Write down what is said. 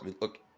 look